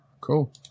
cool